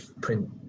print